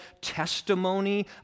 testimony